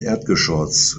erdgeschoss